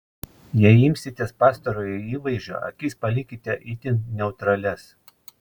jei imsitės pastarojo įvaizdžio akis palikite itin neutralias